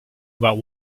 about